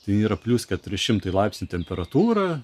tai yra plius keturi šimtai laipsnių temperatūra